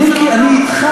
אדוני, 12